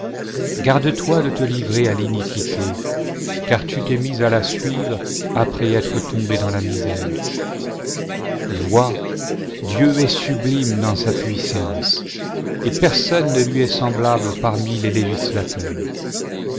garde-toi de te livrer à l'iniquité car tu t'es rais à la suivre après être tombé dans la misère vois dieu est sublime dans sa puissance et personne ne lui est semblable parmi les législateurs